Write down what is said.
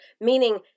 meaning